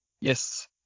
Yes